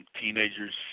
Teenagers